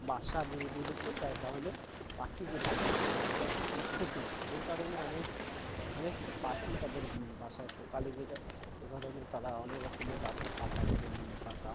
বাসা বেঁধেছে যার কারণে পাখির যে বাচ্চা সে বাচ্চার অনেক ক্ষতি হচ্ছে সেই কারণে অনেক অনেক পাখি তাদের বাসায় পোকা লেগে যায় সে কারণে তারা অনেক রকমের গাছের পাতা যেমন নিম পাতা